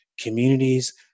communities